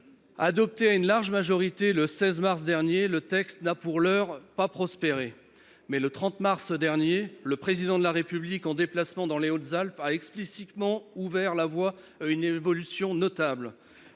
Adopté à une large majorité le 16 mars dernier, le texte n’a pour l’heure pas prospéré. Pourtant, le 30 mars dernier, le Président de la République, en déplacement dans les Hautes Alpes, a explicitement ouvert la voie à une évolution notable